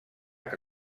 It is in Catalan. que